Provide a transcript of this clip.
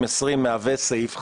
מהווה סעיף חדש.